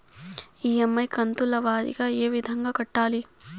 EMI కంతుల వారీగా ఏ విధంగా కట్టాలి